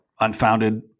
unfounded